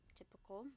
typical